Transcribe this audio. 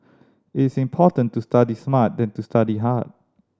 it is important to study smart than to study hard